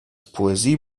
poesie